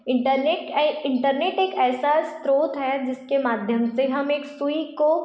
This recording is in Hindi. इंटरनेट इंटरनेट एक ऐसा स्रोत है जिसके माध्यम से हम एक सुई को